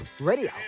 radio